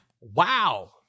wow